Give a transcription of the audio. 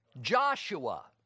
Joshua